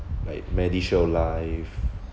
like medishield life